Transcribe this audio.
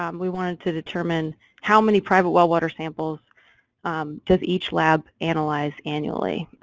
um we wanted to determine how many private well water samples does each lab analyze annually?